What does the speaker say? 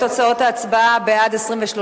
תוצאות ההצבעה: בעד, 23,